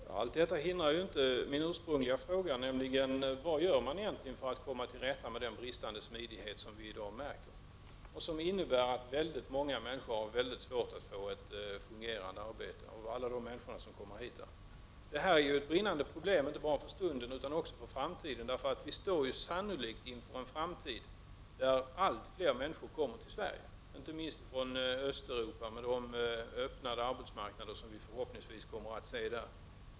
Herr talman! Detta hindrar inte att jag återigen ställer min ursprungliga fråga: Vad gör regeringen egentligen för att komma till rätta med den bris tande smidighet som vi i dag märker och som innebär att många av alla de = Prot. 1989/90:25 människor som kommer hit har mycket svårt att få ett fungerande arbete? 14 november 1989 Detta är en brinnande fråga inte bara för stunden utan också för framti== 0 den. Vi står sannolikt inför en framtid där allt fler människor kommer till Sverige. Det gäller inte minst människor från Östeuropa till följd av de öppnade arbetsmarknader som vi förhoppningsvis kommer att se där.